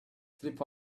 sleep